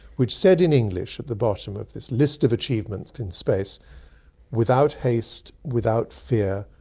which said in english at the bottom of this list of achievements in space without haste, without fear,